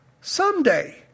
Someday